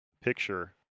picture